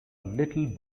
little